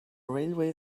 railway